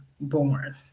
born